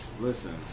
Listen